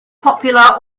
popular